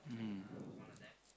mmhmm